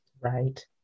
Right